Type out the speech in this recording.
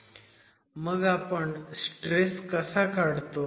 मग आपण स्ट्रेस कसा काढतो